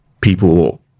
people